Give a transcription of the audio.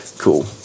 cool